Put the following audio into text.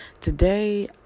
today